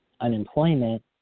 unemployment